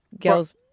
Girls